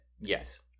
Yes